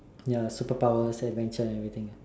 ya superpowers adventure and everything ah